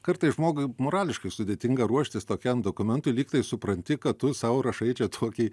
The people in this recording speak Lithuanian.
kartais žmogui morališkai sudėtinga ruoštis tokiam dokumentui lygtai supranti kad tu sau rašai čia tokį